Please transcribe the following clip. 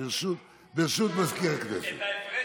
ברשות מזכיר הכנסת.